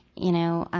you know,